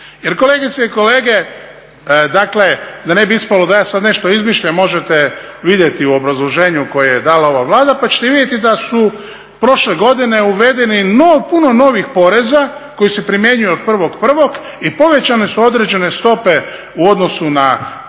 Jer kolegice i kolege, dakle da ne bi ispalo da ja sad nešto izmišljam, možete vidjeti u obrazloženju koje je dala ova Vlada, pa ćete vidjeti da su prošle godine uvedeni novi porezi koji se primjenjuju od 1.1. i povećane su određene stope u odnosu na prošlu